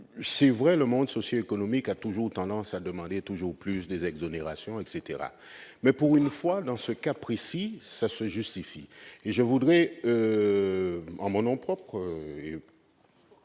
C'est vrai, le monde socioéconomique a toujours tendance à demander plus d'exonérations, etc. Mais pour une fois, dans ce cas précis, c'est justifié, et je voudrais, en mon nom propre,